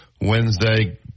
Wednesday